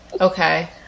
okay